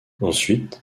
ensuite